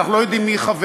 אנחנו לא יודעים מי חבר